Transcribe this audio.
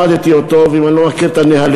לומד את החוק ואם לא הייתי מכיר את הנהלים.